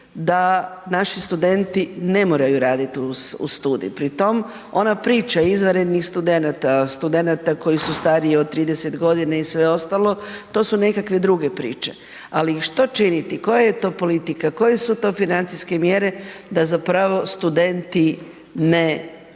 da naši studenti ne moraju raditi uz studij, pri tom, ona priča izvanrednih studenata, studenata koji su stariji od 30 godina i sve ostalo, to su nekakve druge priče. Ali što činiti, koja je to politika, koje su to financijske mjere da zapravo studenti ne,